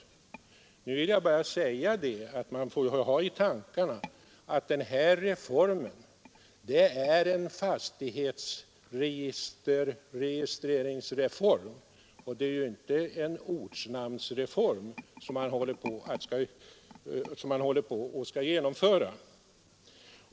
Man skall nog också ha i tankarna att här är det en fastighetsregistreringsreform som skall genomföras, inte en ortnamnsreform.